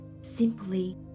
Simply